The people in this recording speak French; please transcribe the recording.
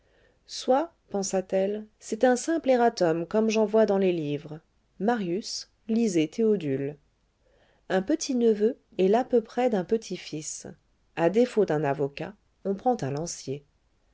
soit pensa-t-elle c'est un simple erratum comme j'en vois dans les livres marius lisez théodule un petit-neveu est l'à peu près d'un petit-fils à défaut d'un avocat on prend un lancier